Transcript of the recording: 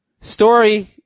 Story